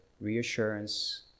reassurance